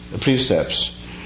precepts